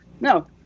No